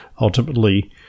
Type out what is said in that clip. ultimately